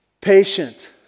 patient